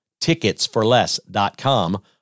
Ticketsforless.com